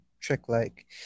trick-like